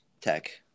tech